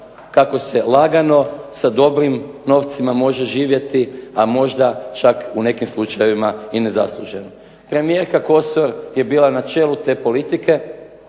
kako se lagano sa dobrim novcima može živjeti, a možda čak u nekim slučajevima i nezasluženo. Premijerka Kosor je bila na čelu te politike